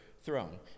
throne